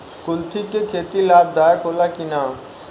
कुलथी के खेती लाभदायक होला कि न?